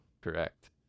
correct